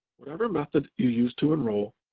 whatever method you use to enroll,